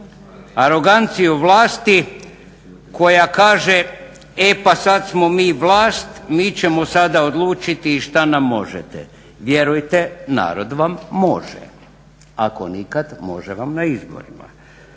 aroganciju vlasti koja kaže e pa sada smo mi vlast, mi ćemo sada odlučiti i šta nam možete. Vjerujete, narod vam može, ako nikad može vam na izborima.